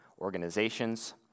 organizations